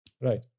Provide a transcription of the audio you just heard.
Right